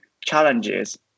challenges